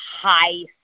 high